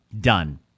done